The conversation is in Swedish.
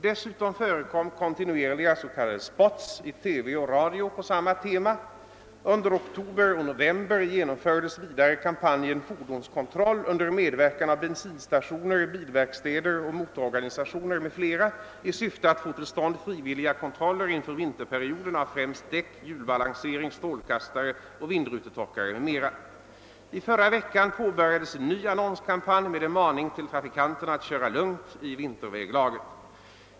Dessutom förekom kontinuerliga s.k. spots i TV och radio på samma tema. Under oktober och november genomfördes vidare kampanjen »Fordonskontroll» under medverkan av bensinstationer, bilverkstäder och motororganisationer m.fl. i syfte att få till stånd frivilliga kontroller inför vinterperioden av främst däck, hjulbalansering, strålkastare och vindrutetorkare m.m. I förra veckan påbörjades en ny annonskampanj med en maning till trafikanterna att köra lugnt i vinterväglaget.